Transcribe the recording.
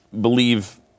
believe